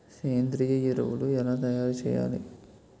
సేంద్రీయ ఎరువులు ఎలా తయారు చేయాలి?